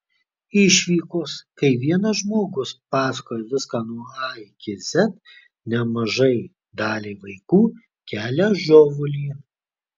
išvykos kai vienas žmogus pasakoja viską nuo a iki z nemažai daliai vaikų kelia žiovulį